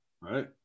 right